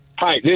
Hi